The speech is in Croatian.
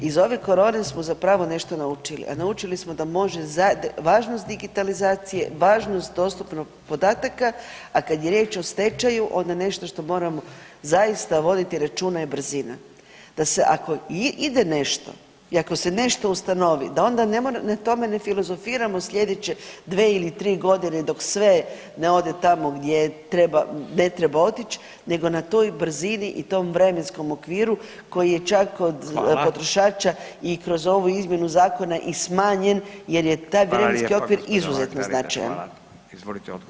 Iz ove korone smo zapravo nešto naučili, a naučili smo da može važnost digitalizacije, važnost dostupnih podataka, a kad je riječ o stečaju onda nešto što moramo zaista voditi računa je brzina da se ako i ide nešto i ako se nešto ustanovi da onda na tome ne filozofiramo slijedeće dve ili tri godine dok sve ne ode tamo gdje treba, ne treba otić nego na toj brzini i tom vremenskom okviru koji je čak kod potrošača i kroz ovu izmjenu zakona i smanjen jer je taj vremenski okvir izuzetno značajan.